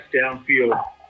downfield